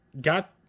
got